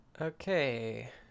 okay